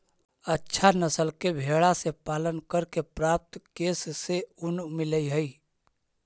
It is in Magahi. अच्छा नस्ल के भेडा के पालन करके प्राप्त केश से ऊन मिलऽ हई